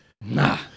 nah